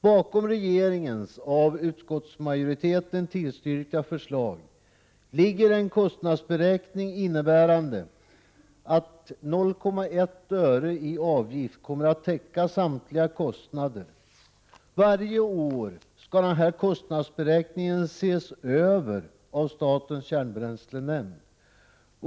Bakom regeringens av utskottsmajoriteten tillstyrkta förslag ligger en kostnadsberäkning, innebärande att 0,1 öre i avgift kommer att täcka samtliga kostnader. Varje år skall kostnadsberäkningen ses över av statens kärnbränslenämnd.